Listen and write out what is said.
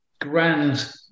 grand